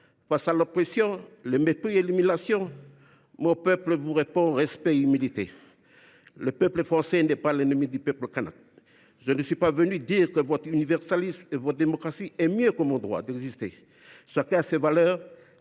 Face à l’oppression, au mépris et à l’humiliation, mon peuple vous répond : respect et humilité. Le peuple français n’est pas l’ennemi du peuple kanak. Je ne suis pas venu dire que votre universalisme et votre démocratie sont meilleurs que notre droit d’exister. Chacun ses valeurs,